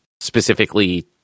specifically